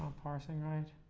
and parsing